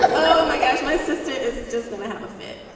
but oh, my gosh, my sister is just going to have a fit. but